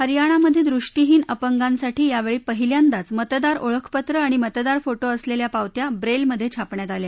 हरयाणामधे दृष्टीहीन अपंगांसाठी यावेळी पहिल्यांदाच मतदार ओळखपत्र आणि मतदार फोटो असलेल्या पावत्या ब्रेलमधे छापण्यात आल्या